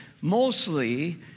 mostly